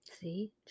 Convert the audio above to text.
See